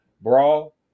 brawl